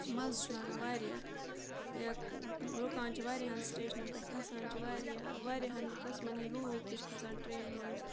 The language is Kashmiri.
مَزٕ چھُ لَگان واریاہ یا رُکان چھِ واریاہَن سٕٹیشنَن پٮ۪ٹھ کھَسان چھِ واریاہ واریاہَن قٕسمَن ہِنٛدۍ لوٗکھ تہِ چھِ کھَسان ٹرٛینہِ منٛز